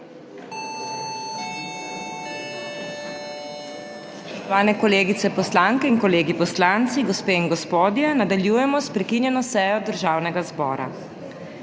Hvala